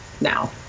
now